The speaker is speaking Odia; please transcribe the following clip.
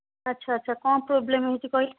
ଆଚ୍ଛା ଆଚ୍ଛା କ'ଣ ପ୍ରୋବ୍ଲେମ୍ ହେଇଛି କହିଲେ